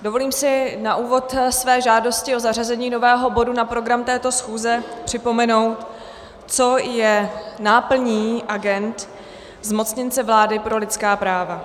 Dovolím si na úvod své žádosti o zařazení nového bodu na program této schůze připomenout, co je náplní agend zmocněnce vlády pro lidská práva.